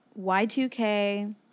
Y2K